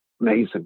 Amazing